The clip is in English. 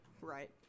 Right